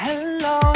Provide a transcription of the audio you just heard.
Hello